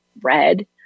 red